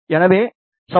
எனவே 7